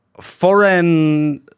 foreign